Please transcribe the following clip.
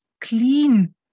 clean